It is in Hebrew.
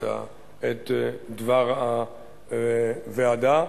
את דבר הוועדה,